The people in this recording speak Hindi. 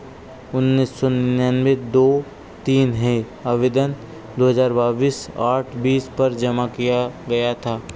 उन्नीस सौ निन्यानवे दो तीन है आवेदन दो हज़ार बाईस आठ बीस पर जमा किया गया था